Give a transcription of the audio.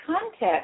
context